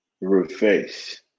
reverse